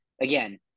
again